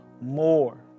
more